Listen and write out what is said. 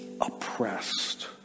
oppressed